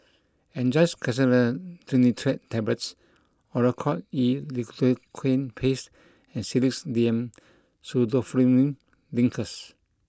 Angised Glyceryl Trinitrate Tablets Oracort E Lidocaine Paste and Sedilix D M Pseudoephrine Linctus